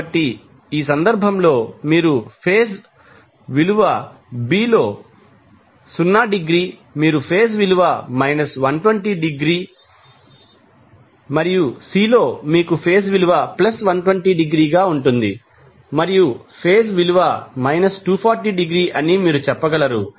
కాబట్టి ఈ సందర్భంలో మీరు ఫేజ్ విలువ ఫేజ్ B లో 0 డిగ్రీ మీరు ఫేజ్ విలువ మైనస్ 120 డిగ్రీ మరియు సి లో మీకు ఫేజ్ విలువ ప్లస్ 120 డిగ్రీగా ఉంటుంది మరియు ఫేజ్ విలువ మైనస్ 240 డిగ్రీ అని మీరు చెప్పగలరు